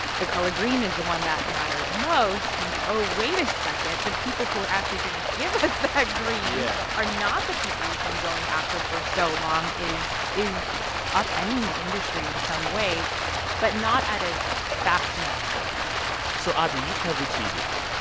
the color green is the one that matters most and, oh, wait a second the people who are actually going to give us that green yeah are not the people we've been going after for so long is is upending the industry in some ways but not at a fast enough clip so, audrey, you cover tv.